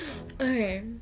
okay